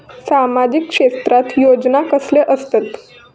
सामाजिक क्षेत्रात योजना कसले असतत?